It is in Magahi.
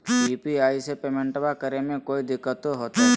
यू.पी.आई से पेमेंटबा करे मे कोइ दिकतो होते?